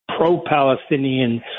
pro-Palestinian